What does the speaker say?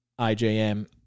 IJM